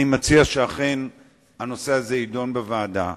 אני מציע שאכן הנושא הזה יידון בוועדה.